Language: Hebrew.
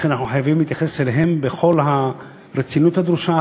לכן אנחנו חייבים להתייחס אליהם בכל הרצינות הדרושה,